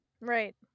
Right